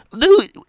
Dude